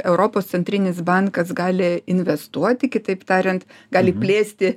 europos centrinis bankas gali investuoti kitaip tariant gali plėsti